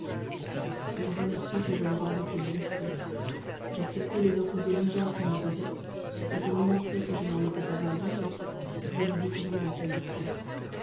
je remerciai ce jeune roi de ses bontés j'acceptai les offres obligeantes qu'il me faisait et pour lui montrer que je n'en étais pas indigne je lui découvris ma condition